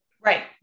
Right